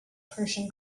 persian